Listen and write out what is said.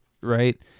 right